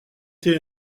été